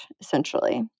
essentially